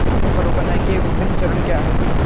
फसल उगाने के विभिन्न चरण क्या हैं?